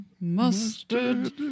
mustard